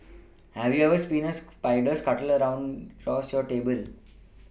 have you ever a spider scuttle a down yours your table